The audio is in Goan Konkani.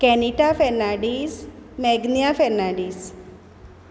कॅनिटा फेर्नांडीस मॅग्निया फेर्नांडीस